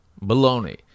Baloney